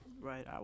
Right